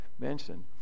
mentioned